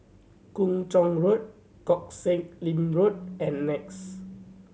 Kung Chong Road Koh Sek Lim Road and NEX